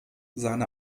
seine